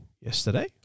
yesterday